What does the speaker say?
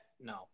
No